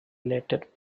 related